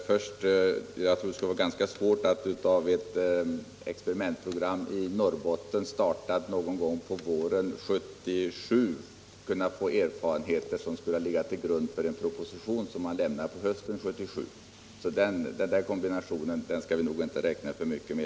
Herr talman! Jag tror att det skulle vara ganska svårt att av ett experimentprogram i Norrbotten, startat någon gång på våren 1977, få erfarenheter som skulle ligga till grund för en proposition som man lämnar på hösten 1977. Den kombinationen skall vi nog inte räkna för mycket med.